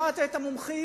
שמעת את המומחים,